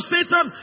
Satan